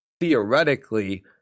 theoretically